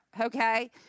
okay